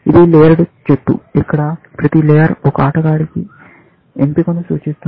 ఇది లేయర్డ్ చెట్టు ఇక్కడ ప్రతి లేయర్ ఒక ఆటగాడి ఎంపికను సూచిస్తుంది